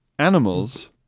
Animals